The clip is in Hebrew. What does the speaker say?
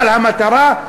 אבל המטרה,